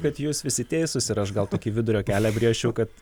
kad jūs visi teisūs ir aš gal tokį vidurio kelią brėžčiau kad